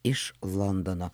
iš londono